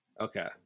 Okay